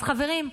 אז חברים,